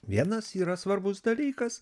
vienas yra svarbus dalykas